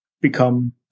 become